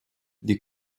des